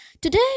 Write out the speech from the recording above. today